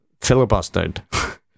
filibustered